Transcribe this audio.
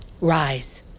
Rise